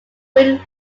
win